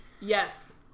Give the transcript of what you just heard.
yes